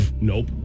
Nope